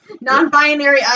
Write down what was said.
non-binary